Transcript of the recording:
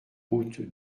route